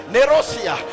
Nerosia